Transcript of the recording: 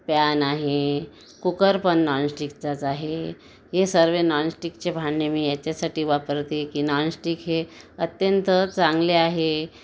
pan आहे cooker पण नॉनस्टिकचाच आहे हे सर्व नॉनस्टिकचे भांडे मी ह्याच्यासाठी वापरते की नॉनस्टिक हे अत्यंत चांगले आहे